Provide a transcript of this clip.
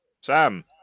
Sam